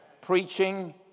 Preaching